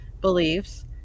beliefs